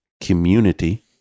community